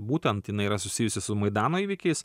būtent jinai yra susijusi su maidano įvykiais